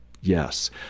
Yes